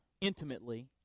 intimately